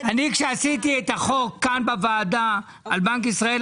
אני כעשיתי את החוק כאן בוועדה על בנק ישראל,